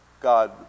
God